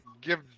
Give